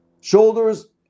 Shoulders